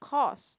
cause